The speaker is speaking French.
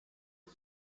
all